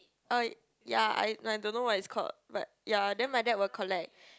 uh ya I no I don't know what it's called but ya then my dad will collect